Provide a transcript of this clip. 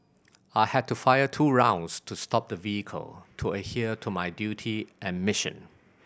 I had to fire two rounds to stop the vehicle to adhere to my duty and mission